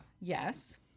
yes